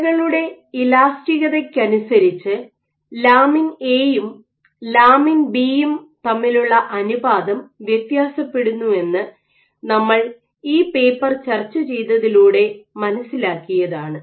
കലകളുടെ ഇലാസ്തികതക്കനുസരിച്ച് lamin A യും ലാമിൻ ബി യും Lamin AB തമ്മിലുള്ള അനുപാതം വ്യത്യാസപ്പെടുന്നു എന്ന് നമ്മൾ ഈ പേപ്പർ ചർച്ച ചെയ്തതിലൂടെ മനസ്സിലാക്കിയതാണ്